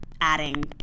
adding